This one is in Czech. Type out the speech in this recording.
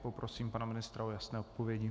Poprosím pana ministra o jasné odpovědi.